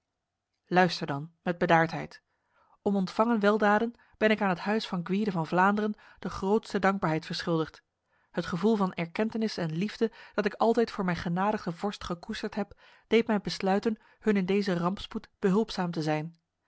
luister dan met bedaardheid om ontvangen weldaden ben ik aan het huis van gwyde van vlaanderen de grootste dankbaarheid verschuldigd het gevoel van erkentenis en liefde dat ik altijd voor mijn genadige vorst gekoesterd heb deed mij besluiten hun in deze rampspoed behulpzaam te zijn